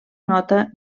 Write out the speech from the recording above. nota